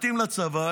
מתאים לצבא,